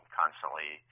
constantly